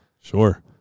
sure